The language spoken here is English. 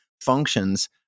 functions